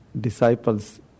disciples